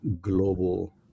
global